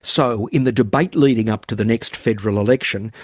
so in the debate leading up to the next federal election,